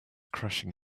crashing